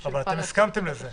אבל אתם הסכמתם לזה?